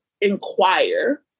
inquire